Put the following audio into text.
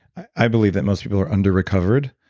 i believe that most people are under recovered.